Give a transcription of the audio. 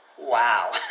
Wow